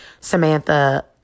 Samantha